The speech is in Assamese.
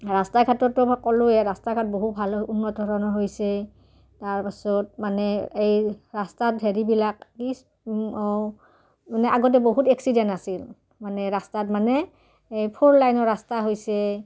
ৰাস্তা ঘাটতো মই ক'লোৱে ৰাস্তা ঘাট বহুত ভাল উন্নত ধৰণৰ হৈছে তাৰপাছত মানে এই ৰাস্তাত হেৰিবিলাক কি মানে আগতে বহুত এক্সিডেণ্ট আছিল মানে ৰাস্তাত মানে এই ফ'ৰ লাইনৰ ৰাস্তা হৈছে